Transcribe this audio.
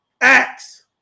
Acts